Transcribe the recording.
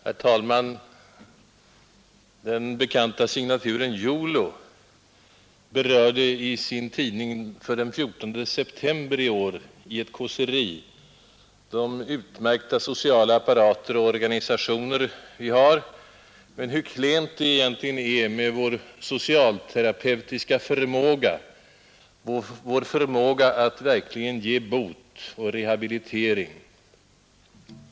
Herr talman! Den bekanta signaturen Jolo berörde i sin tidning för den 14 september i år i ett kåseri de utmärkta socialvårdande apparater och organisationer som vi har och påpekade samtidigt hur klent det egentligen är med vår socialterapeutiska förmåga, vår förmåga att verkligen ge bot och rehabilitering.